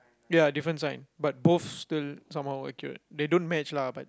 ya different sign but both still somewhat accurate they don't match lah but